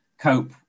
cope